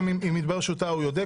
גם אם יתברר שהוא טעה הוא יודה,